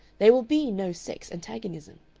there will be no sex antagonism.